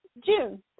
June